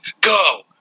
Go